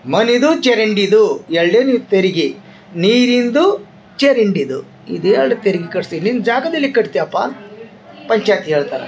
ಮನೆದು ಚರಂಡಿದು ಎರಡು ಎರಡು ತೆರಿಗೆ ನೀರಿಂದು ಚರಂಡಿದು ಇದು ಎರಡು ತೆರಿಗೆ ಕಟ್ಟಿಸಿ ನಿಮ್ಮ ಜಾಗದಲ್ಲಿ ಕಟ್ತೇವಪ್ಪ ಅಂತ್ಹೇಳಿ ಕೇಳ್ತಾರೆ